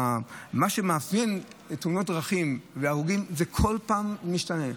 מה שמאפיין תאונות דרכים והרוגים הוא שזה כל פעם משתנה.